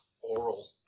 Oral